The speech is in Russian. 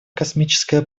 космическое